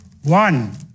one